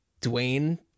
Dwayne